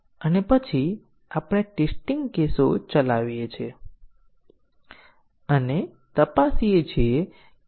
ચાલો આપણે શરૂ કરીએ પરંતુ તે પહેલાં આપણે ફક્ત તે જ જોવાનું પસંદ કરીશું કે તમે અગાઉની ચર્ચાઓ વિશે કેટલું સમજ્યું છે તેને યાદ કરો